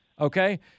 okay